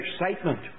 excitement